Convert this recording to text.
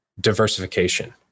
diversification